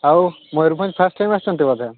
ଆଉ Mayurbhanj first time ଆସିଛନ୍ତି ବୋଧେ